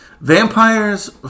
vampires